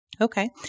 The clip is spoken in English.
Okay